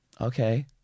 Okay